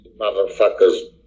motherfuckers